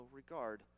regard